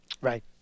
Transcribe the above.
Right